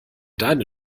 deine